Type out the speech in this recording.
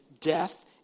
death